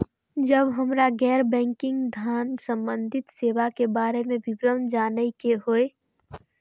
जब हमरा गैर बैंकिंग धान संबंधी सेवा के बारे में विवरण जानय के होय?